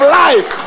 life